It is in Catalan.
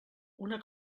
una